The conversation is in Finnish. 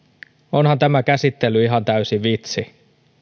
onhan tämä käsittely ihan täysi vitsi